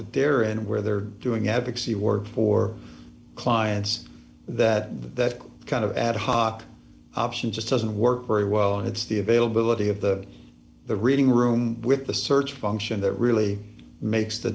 that they're in where they're doing advocacy work for clients that that kind of ad hoc option just doesn't work very well and it's the availability of the the reading room with the search function that really makes the